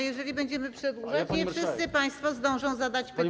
Jeżeli będziemy przedłużać, nie wszyscy państwo zdążą zadać pytanie.